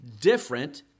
different